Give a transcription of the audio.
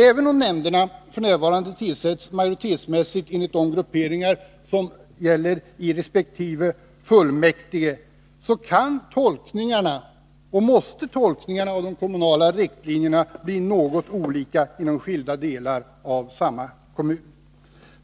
Även om nämnderna f. n. majoritetsmässigt tillsätts enligt de grupperingar som gäller i resp. fullmäktige kan och måste tolkningarna av de kommunala riktlinjerna bli något olika inom skilda delar av samma kommun.